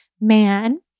man